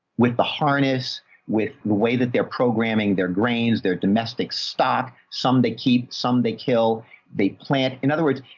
with the harness with the way that they're programming their grains, their domestic stock. some they keep some, they kill the plant. in other words,